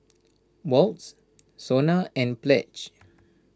Wall's Sona and Pledge